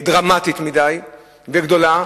דרמטית מדי וגדולה.